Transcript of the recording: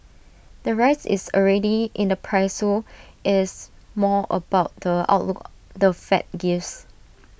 the rise is already in the price so it's more about the outlook the fed gives